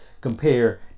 compare